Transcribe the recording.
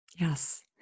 Yes